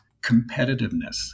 competitiveness